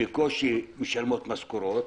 בקושי משלמות משכורות,